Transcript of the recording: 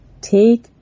take